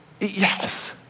Yes